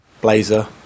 Blazer